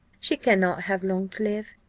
she cannot have long to live.